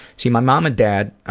see my mom and dad,